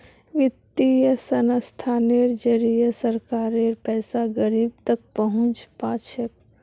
वित्तीय संस्थानेर जरिए सरकारेर पैसा गरीब तक पहुंच पा छेक